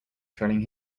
trailing